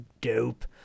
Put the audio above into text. dope